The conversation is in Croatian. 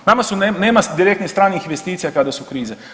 Nama nema direktnih stranih investicija kada su krize.